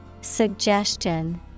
Suggestion